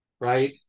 right